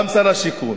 גם שר השיכון,